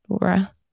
Laura